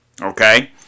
Okay